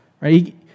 right